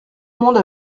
monde